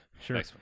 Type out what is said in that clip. Sure